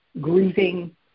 grieving